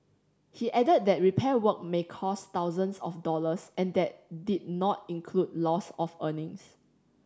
he added that repair work may cost thousands of dollars and that did not include loss of earnings